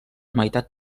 meitat